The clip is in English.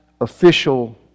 official